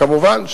כמובן,